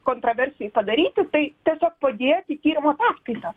kontroversijoj padaryti tai tiesiog padėti tyrimo ataskaitą